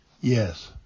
Yes